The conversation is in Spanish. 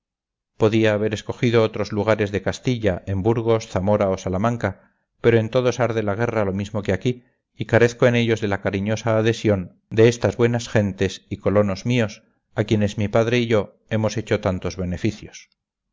podía haber escogido otros lugares de castilla en burgos zamora o salamanca pero en todos arde la guerra lo mismo que aquí y carezco en ellos de la cariñosa adhesión de estas buenas gentes y colonos míos a quienes mi padre y yo hemos hecho tantos beneficios